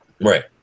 Right